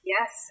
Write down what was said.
Yes